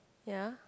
ya